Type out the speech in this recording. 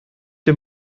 dir